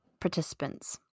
participants